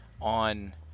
on